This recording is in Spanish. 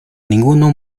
ninguno